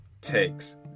takes